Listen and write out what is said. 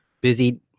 busy